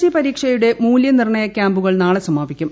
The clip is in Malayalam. എസി പരീക്ഷയുടെ മൂല്യനിർണയ ക്യാമ്പുകൾ നാളെ സമാപിക്കും